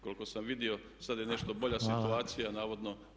Koliko sam vidio sada je nešto bolja situacija [[Upadica predsjednik: Hvala.]] navodno.